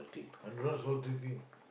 I don't like salty thing